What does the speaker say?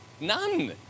None